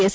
S